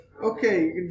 Okay